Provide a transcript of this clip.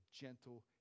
gentle